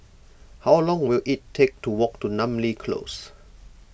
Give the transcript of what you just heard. how long will it take to walk to Namly Close